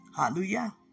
Hallelujah